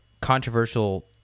controversial